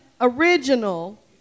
original